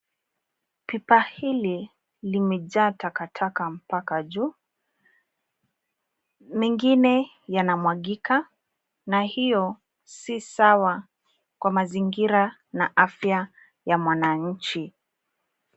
Pipa hili limejaa takataka mpaka juu. Mengine yanamwangika na hiyo si sawa kwa mazingira na afya ya mwananchi.